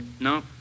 No